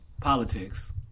politics